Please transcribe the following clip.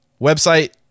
website